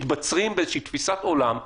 מתבצרים באיזושהי תפיסת עולם שגויה.